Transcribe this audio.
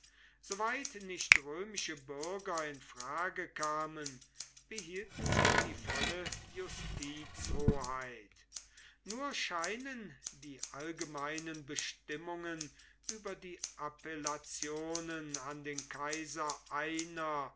nicht römische bürger in frage kamen behielten sie die volle justizhoheit nur scheinen die allgemeinen bestimmungen über die appellationen an den kaiser einer